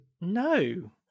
No